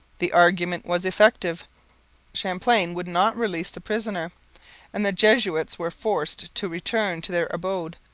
the argument was effective champlain would not release the prisoner and the jesuits were forced to return to their abode,